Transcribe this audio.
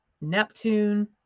Neptune